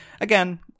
Again